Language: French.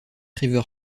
river